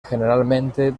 generalmente